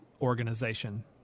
organization